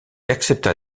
accepta